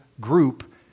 group